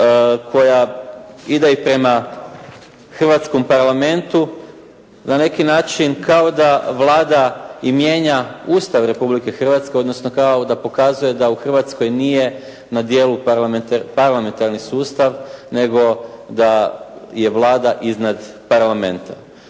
koja ide i prema Hrvatskom parlamentu na neki načni kao da Vlada i mijenja Ustav Republike Hrvatske, odnosno kao da pokazuje da u Hrvatskoj nije na djelu parlamentarni sustav nego da je Vlada iznad Parlamenta.